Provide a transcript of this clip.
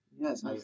Yes